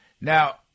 Now